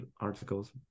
articles